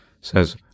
Says